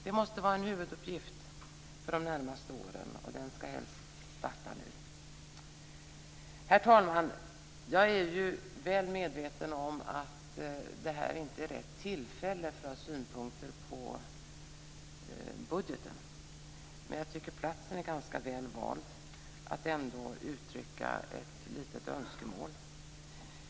Det måste vara en huvuduppgift för de närmaste åren, och arbetet med den skall helst starta nu. Herr talman! Jag är mycket väl medveten om att det här inte är rätt tillfälle för synpunkter på budgeten, men jag tycker ändå att platsen är ganska väl vald för att uttrycka ett litet önskemål.